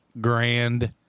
grand